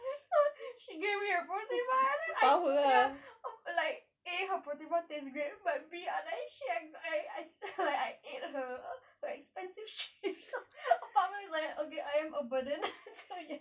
so she give me her protein bar then I like A her protein bar tastes great but B I like shit I I swear I ate her her expensive shit a part of me is like okay I am a burden so yes